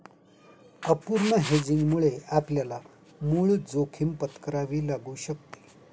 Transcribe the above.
अपूर्ण हेजिंगमुळे आपल्याला मूळ जोखीम पत्करावी लागू शकते